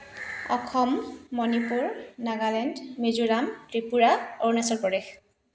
Assam Manipur Nagaland Mizoram Tripura Arunachal Pradesh